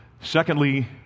Secondly